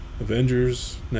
Avengers